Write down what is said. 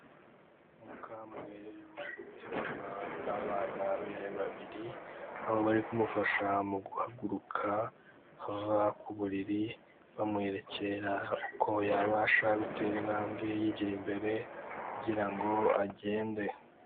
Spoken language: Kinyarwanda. Umukambwe uri guterurwa n'abana be babiri, aho bari kumufasha mu guhaguruka ava ku buriri, bamwerekera uko yabasha gutera intambwe yigira imbere, kugira ngo agende.